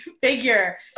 figure